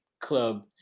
club